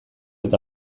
eta